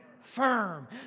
firm